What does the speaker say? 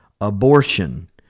abortion